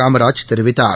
காமராஜ் தெரிவித்தார்